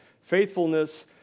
faithfulness